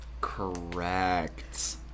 correct